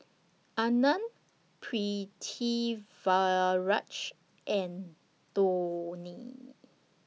Anand Pritiviraj and Dhoni